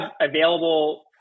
available